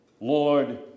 Lord